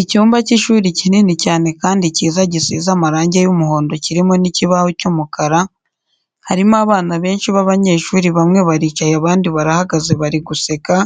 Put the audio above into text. Icyumba cy'ishuri kinini cyane kandi cyiza gisize amarange y'umuhondo kirimo n'ikibaho cy'umukara, harimo abana benshi b'abanyeshuri bamwe baricaye abandi barahagaze bari guseka,